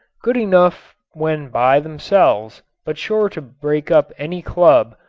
good enough when by themselves but sure to break up any club,